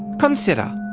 consider,